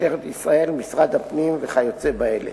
משטרת ישראל, משרד הפנים וכיוצא באלה.